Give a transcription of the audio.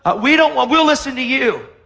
ah we don't want we'll listen to you.